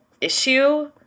issue